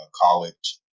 college